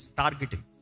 targeting